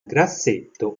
grassetto